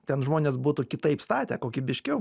ten žmonės būtų kitaip statę kokybiškiau